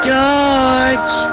George